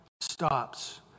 stops